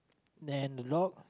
then the log